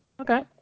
okay